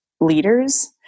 leaders